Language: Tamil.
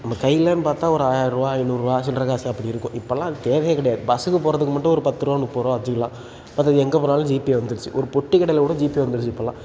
நம்ம கையிலேன்னு பார்த்தா ஒரு ஆயர ரூபா ஐந்நூறுரூவா சில்லற காசு அப்படி இருக்கும் இப்போல்லாம் அது தேவையே கிடையாது பஸ்ஸுக்கு போகிறதுக்கு மட்டும் ஒரு பத்து ரூபா முப்பது ரூபா வச்சுக்கலாம் மற்றது எங்கே போனாலும் ஜிபே வந்துடுச்சு ஒரு பொட்டிக் கடையில் கூட ஜிபே வந்துடுச்சு இப்போல்லாம்